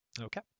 okay